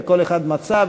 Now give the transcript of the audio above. וכל אחד מצא,